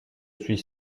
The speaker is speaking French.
suis